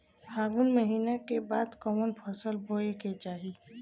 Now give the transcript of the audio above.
फागुन महीना के बाद कवन फसल बोए के चाही?